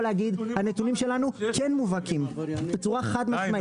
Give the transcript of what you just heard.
להגיד הנתונים שלנו כן מובהקים בצורה חד-משמעית.